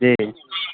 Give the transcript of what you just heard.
जी